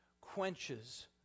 quenches